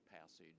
passage